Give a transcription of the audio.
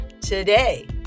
today